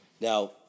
Now